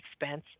expense